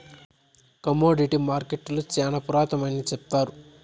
commodity మార్కెట్టులు శ్యానా పురాతనమైనవి సెప్తారు